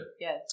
Yes